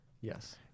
yes